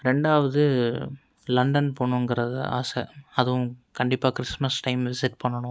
ரெண்டாவது லண்டன் போகணுங்கிறது ஆசை அதுவும் கண்டிப்பாக கிறிஸ்மஸ் டைமில் செட் பண்ணணும்